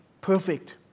perfect